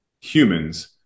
humans